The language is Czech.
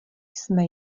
jsme